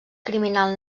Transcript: criminal